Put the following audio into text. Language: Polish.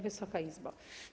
Wysoka Izbo!